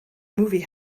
movie